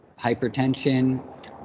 hypertension